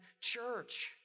church